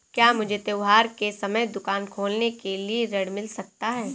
क्या मुझे त्योहार के समय दुकान खोलने के लिए ऋण मिल सकता है?